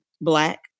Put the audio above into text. black